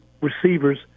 receivers